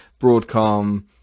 broadcom